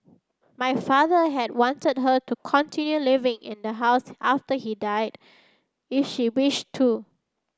my father had wanted her to continue living in the house after he died if she wished to